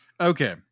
Okay